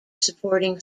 supporting